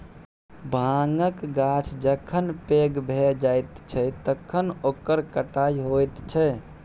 भाँगक गाछ जखन पैघ भए जाइत छै तखन ओकर कटाई होइत छै